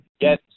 Get